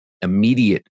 immediate